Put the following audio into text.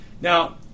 Now